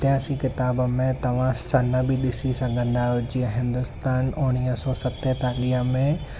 इतिहास जी किताब में तव्हां सन बि ॾिसी सघंदा आहियो जीअं हिंदुस्तान उणवीह सौ सतेतालीह में